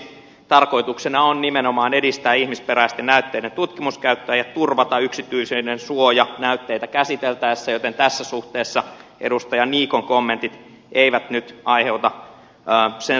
tarkoituksena on nimenomaan edistää ihmisperäisten näytteiden tutkimuskäyttöä ja turvata yksityisyydensuoja näytteitä käsiteltäessä joten tässä suhteessa edustaja niikon kommentit eivät nyt aiheuta sen suurempaa huolta